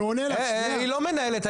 היא לא מנהלת,